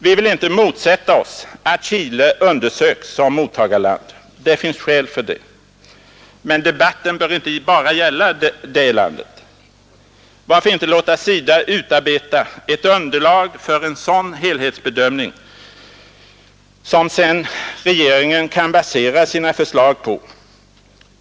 Vi vill inte motsätta oss att Chile undersöks som mottagarland — det finns skäl för det — men debatten bör inte bara gälla det landet. Varför inte låta SIDA utarbeta ett underlag för en sådan helhetsbedömning, som regeringen sedan kan basera sina förslag på?